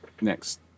next